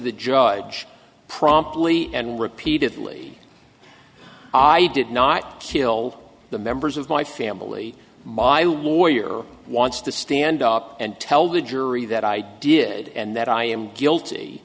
the judge promptly and repeatedly i did not kill the members of my family my warrior wants to stand up and tell the jury that i did and that i am guilty